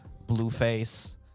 Blueface